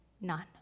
none